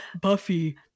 Buffy